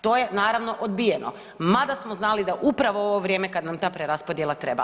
To je naravno, odbijeno, mada smo znali da upravo ovo vrijeme kad nam ta raspodjela treba.